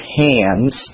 hands